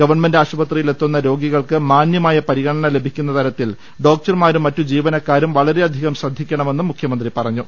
government ആശുപത്രിയിൽ എത്തുന്ന രോഗികൾക്ക് മാന്യമായ പരിഗണന ലഭിക്കുന്ന തരത്തിൽ ഡോക്ടർമാരും മറ്റു ജീവനക്കാരും വളരെയധികം ശ്രദ്ധിക്കണമെന്നും മുഖ്യമന്ത്രി പറഞ്ഞു